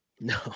No